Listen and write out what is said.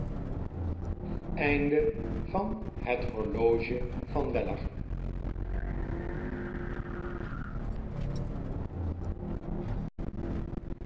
dames het horloge van